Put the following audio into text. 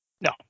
No